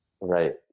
Right